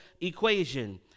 equation